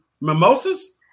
mimosas